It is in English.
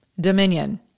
dominion